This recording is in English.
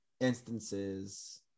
instances